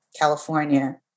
California